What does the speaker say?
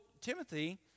Timothy